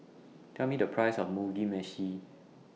Tell Me The Price of Mugi Meshi